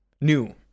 New